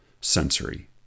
sensory